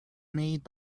made